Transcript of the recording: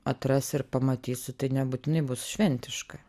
atrasi ir pamatysi tai nebūtinai bus šventiška